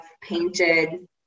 painted